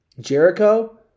Jericho